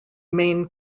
main